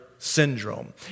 Syndrome